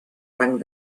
rang